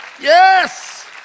yes